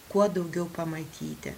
kuo daugiau pamatyti